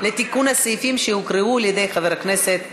לתיקון הסעיפים שהוקראו על-ידי חבר הכנסת וקנין.